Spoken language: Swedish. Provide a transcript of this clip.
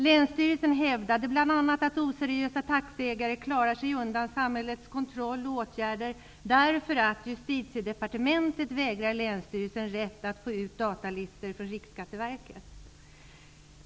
Länsstyrelsen hävdade bl.a. att oseriösa taxiägare klarade sig undan samhällets kontroll och åtgärder därför att Justitiedepartementet vägrat Stockholms läns länsstyrelse att få ut datalistor från Riksskatteverket.